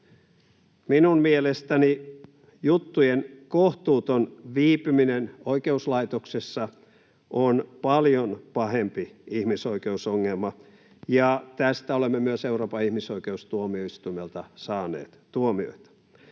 Minun mielestäni juttujen kohtuuton viipyminen oikeuslaitoksessa on paljon pahempi ihmisoikeusongelma, ja tästä olemme myös Euroopan ihmisoikeustuomioistuimelta saaneet tuomioita.